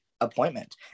appointment